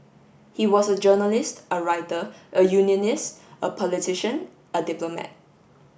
he was a journalist a writer a unionist a politician a diplomat